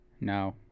no